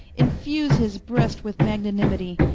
infuse his breast with magnanimitie,